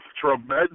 tremendous